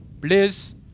Please